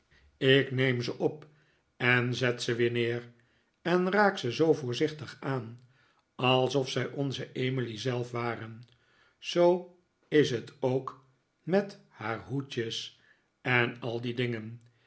ik neem ze op en zet ze weer neer en raak ze zoo voorzichtig aan alsof zij onze emily zelf waren zoo is het ook met haar hoedjes en al die dingen